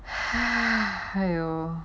!haiyo!